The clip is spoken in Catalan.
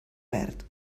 verd